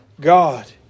God